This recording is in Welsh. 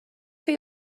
chi